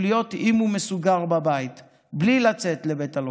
להיות אם הוא מסוגר בבית בלי לצאת לבית הלוחם.